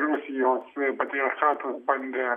rusijos patriarchatas bandė